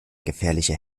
gefährlicher